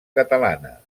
catalana